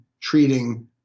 treating